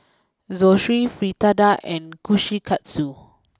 Zosui Fritada and Kushikatsu